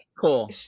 Cool